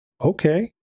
okay